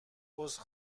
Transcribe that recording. عذر